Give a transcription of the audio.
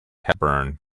hepburn